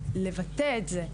לבטא את זה.